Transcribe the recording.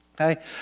Okay